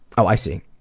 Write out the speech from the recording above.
i see.